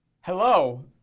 Hello